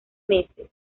meses